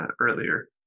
earlier